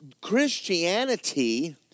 Christianity